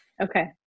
Okay